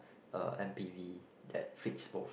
a m_p_v that fits both